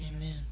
Amen